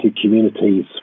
communities